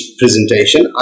presentation